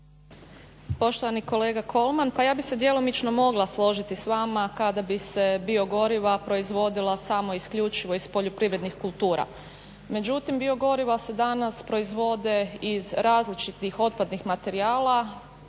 Poštovani kolega Kolman, pa ja bih se djelomično mogla složiti s vama kada bi se biogoriva proizvodila samo isključivo iz poljoprivrednih kultura. Međutim biogoriva se danas proizvode iz različitih otpadnih materijala,